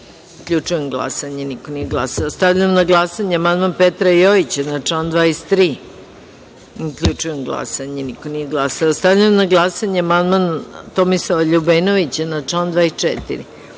24.Zaključujem glasanje: niko nije glasao. Stavljam na glasanje amandman Petra Jojića na član 25.Zaključujem glasanje: niko nije glasao. Stavljam na glasanje amandman Tomislava Ljubenovića na član